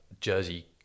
Jersey